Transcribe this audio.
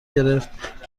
گرفت